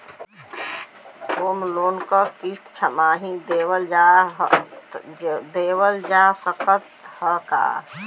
Home loan क किस्त छमाही देहल जा सकत ह का?